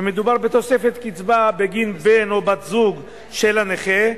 ומדובר בתוספת קצבה בגין בן או בת זוג של הנכה,